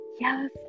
yes